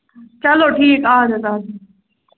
چلو ٹھیٖک اَدٕ حظ اَدٕ حظ